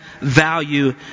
Value